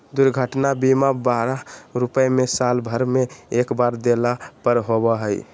दुर्घटना बीमा बारह रुपया में साल भर में एक बार देला पर होबो हइ